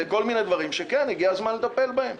אלה דברים שהגיע הזמן לטפל בהם.